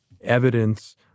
evidence